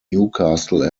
newcastle